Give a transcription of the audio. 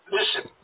Listen